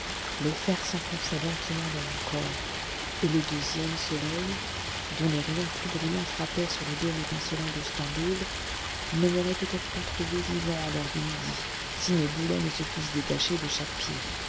le fer s'enfonçait lentement dans mon corps et le deuxième soleil dont les rayons plus brûlants frappaient sur les dômes étincelants de stamboul ne m'aurait peut-être pas trouvé vivant à l'heure de midi si mes boulets ne se fussent détachés de chaque pied